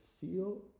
feel